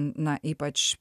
na ypač